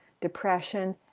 depression